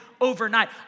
overnight